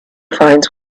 finds